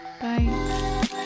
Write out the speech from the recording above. Bye